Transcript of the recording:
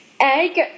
Egg